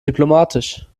diplomatisch